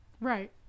right